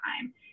time